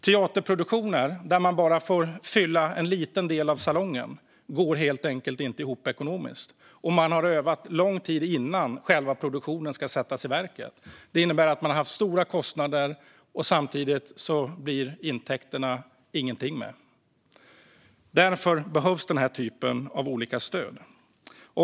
Teaterproduktioner där man bara får fylla en liten del av salongen går helt enkelt inte ihop ekonomiskt, och man har övat lång tid innan själva produktionen ska sättas i verket. Det innebär att man har haft stora kostnader, och det blir inget av med intäkterna. Därför behövs den här typen av stöd.